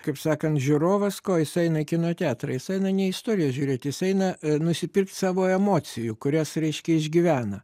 kaip sakant žiūrovas ko jis eina į kino teatrą jis eina ne istorijos žiūrėt jis eina nusipirkt savo emocijų kurias reiškia išgyvena